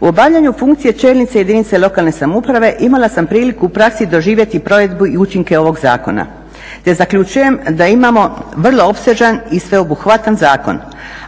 U obavljanju funkcije čelnice jedinice lokalne samouprave imala sam priliku u praksi doživjeti provedu i učinke ovog zakona te zaključujem da imamo vrlo opsežan i sveobuhvatan zakon